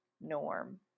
norm